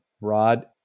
Rod